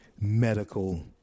medical